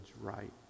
right